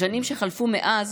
בשנים שחלפו מאז